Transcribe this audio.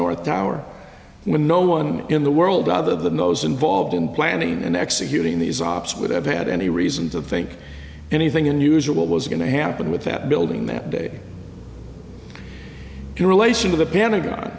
north tower when no one in the world other than those involved in planning and executing these ops would have had any reason to think anything unusual what was going to happen with that building that day in relation to the pentagon